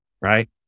right